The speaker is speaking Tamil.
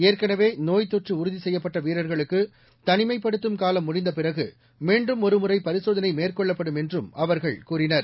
ஏற்கனவே நோய்த் தொற்று உறுதி செய்யப்பட்ட வீரர்களுக்கு தனிமைப்படுத்தும் காலம் முடிந்த பிறகு மீண்டும் ஒருமுறை பரிசோதனை மேற்கொள்ளப்படும் என்றும் அவர்கள் கூறினர்